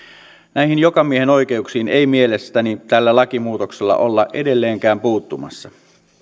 näihin jokamiehenoikeuksiin ei mielestäni tällä lakimuutoksella olla edelleenkään puuttumassa